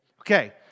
okay